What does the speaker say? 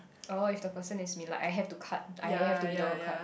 oh if the person is me like I have to cut I have to be the one who cut